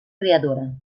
creadora